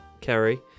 Kerry